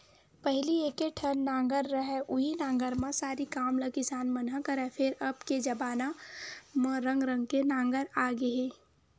पहिली एके ठन नांगर रहय उहीं नांगर म सरी काम ल किसान मन ह करय, फेर अब के जबाना म रंग रंग के नांगर आ गे हे